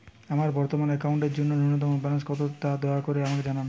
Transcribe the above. আমার বর্তমান অ্যাকাউন্টের জন্য ন্যূনতম ব্যালেন্স কত তা দয়া করে আমাকে জানান